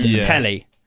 telly